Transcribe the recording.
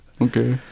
Okay